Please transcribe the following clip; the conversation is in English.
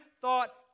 thought